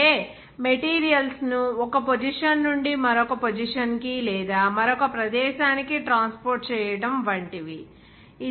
అంటే మెటీరియల్స్ ను ఒక పొజిషన్ నుండి మరొక పొజిషన్ కి లేదా మరొక ప్రదేశానికి ట్రాన్స్పోర్ట్ చేయడం వంటివి